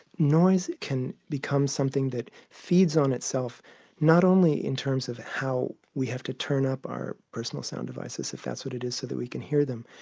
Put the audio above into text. noise can become something that feeds on itself not only in terms of how we have to turn up our personal sound devices if that's what you it is so that we can hear them,